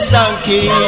donkey